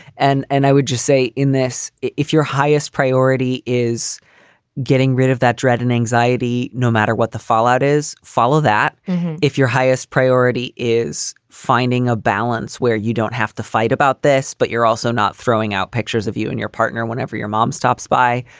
and and i would just say in this, if your highest priority is getting rid of that dread and anxiety, no matter what the fallout is, follow that if your highest priority is finding a balance where you don't have to fight about this, but you're also not throwing out pictures of you and your partner whenever your mom stops by.